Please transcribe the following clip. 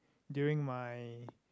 during my